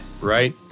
Right